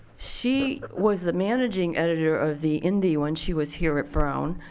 she was the managing editor of the indy when she was here at brown.